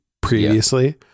previously